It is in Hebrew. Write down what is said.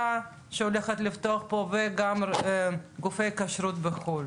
שהולכת לפתוח פה וגם גופי כשרות בחו"ל,